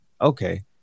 okay